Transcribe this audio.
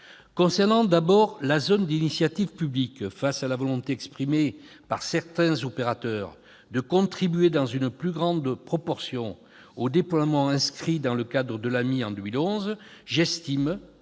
concernant la zone d'initiative publique, face à la volonté exprimée par certains opérateurs de contribuer dans une plus grande proportion aux déploiements inscrits dans le cadre de l'AMII de 2011, j'estime,